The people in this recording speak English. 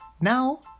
now